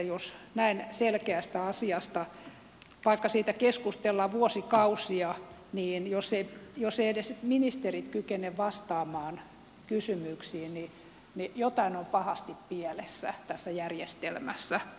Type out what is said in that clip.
vaikka näin selkeästä asiasta keskustellaan vuosikausia niin jos eivät edes ministerit kykene vastaamaan kysymyksiin niin jotain on pahasti pielessä tässä järjestelmässä